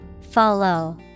follow